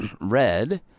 red